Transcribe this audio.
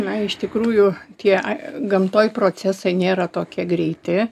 na iš tikrųjų tie gamtoj procesai nėra tokie greiti